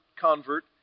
convert